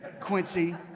Quincy